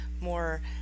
more